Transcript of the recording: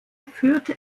führt